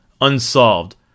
Unsolved